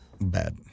Bad